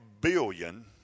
billion